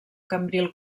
cambril